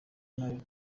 nabi